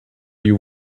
you